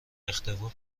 اختفاء